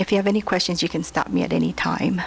if you have any questions you can stop me at any time